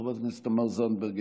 חברת הכנסת תמר זנדברג,